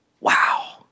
Wow